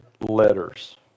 letters